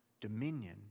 dominion